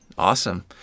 Awesome